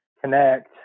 connect